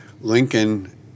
Lincoln